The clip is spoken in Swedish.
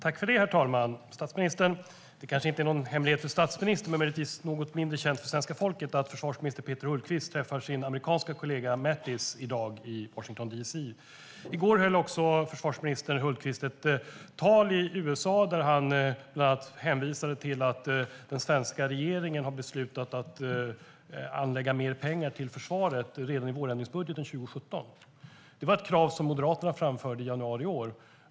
Herr talman! Det kanske inte är någon hemlighet för statsministern men möjligtvis något mindre känt för svenska folket att försvarsminister Peter Hultqvist träffar sin amerikanske kollega Mattis i dag i Washington D.C. I går höll också försvarsminister Hultqvist ett tal i USA där han bland annat hänvisade till att den svenska regeringen har beslutat att anslå mer pengar till försvaret redan i vårändringsbudgeten 2017. Det var ett krav som Moderaterna framförde i januari i år.